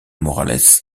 morales